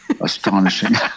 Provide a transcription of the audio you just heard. astonishing